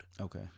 Okay